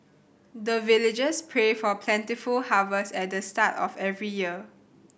the villagers pray for plentiful harvest at the start of every year